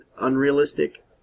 unrealistic